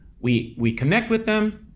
we we connect with them,